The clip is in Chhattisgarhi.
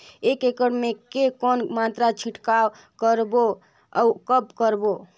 एक एकड़ मे के कौन मात्रा छिड़काव करबो अउ कब करबो?